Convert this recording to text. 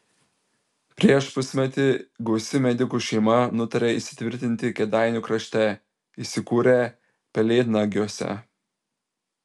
prieš pusmetį gausi medikų šeima nutarė įsitvirtinti kėdainių krašte įsikūrė pelėdnagiuose